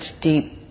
deep